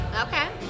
Okay